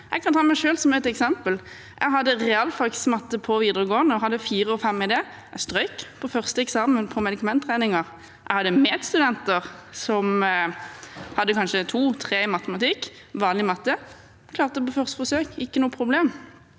Jeg kan ta meg selv som eksempel. Jeg hadde realfagsmatte på videregående og hadde 4 og 5 i det. Jeg strøk på første eksamen i medikamentregning. Jeg hadde medstudenter som hadde 2 eller 3 i matematikk, vanlig matte, og de klarte det på første forsøk – ikke noe problem.